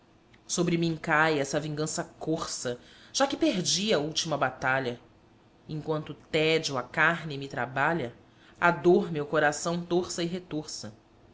sobre mum caia essa vingança corsa já que perdi a última batalha e enquanto o tédio a carne me trabalha a dor meu coração torça e retorça